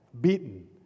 beaten